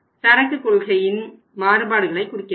சரக்கு கொள்கையில் மாறுபாடுகளை குறிக்க வேண்டும்